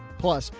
plus,